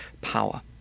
power